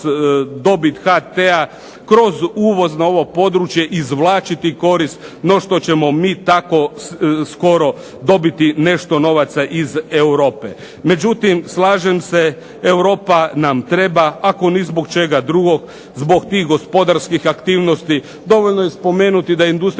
dobit HT-a, kroz uvoz na ovo područje izvlačiti korist, no što ćemo mi tako skoro dobiti nešto novaca iz Europe. Međutim slažem se, Europa nam treba, ako ni zbog čega drugog, zbog tih gospodarskih aktivnosti, dovoljno je spomenuti da industrijska